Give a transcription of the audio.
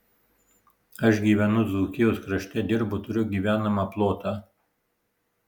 aš gyvenu dzūkijos krašte dirbu turiu gyvenamą plotą